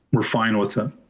we're fine with um